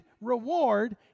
reward